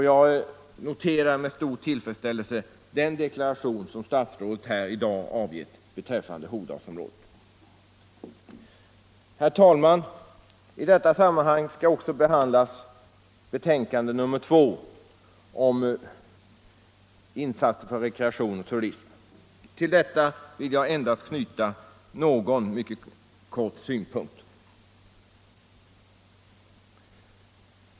Jag noterar med stor tillfredsställelse den deklaration som statsrådet här i dag avgett beträffande Hogdalsområdet. Herr talman! Vi skall i dag samtidigt behandla civilutskottets betänkande nr 2 om insatser för rekreation och turism. Till detta vill jag endast knyta några få synpunkter.